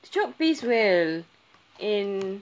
his job pays well and